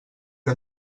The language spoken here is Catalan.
que